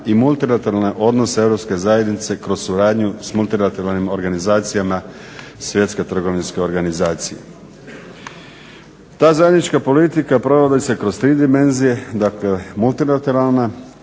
i multilateralne odnose Europske zajednice kroz suradnju su multilateralnim organizacijama Svjetske trgovinske organizacije. Ta zajednička politika provodi se kroz tri dimenzije, dakle multilateralna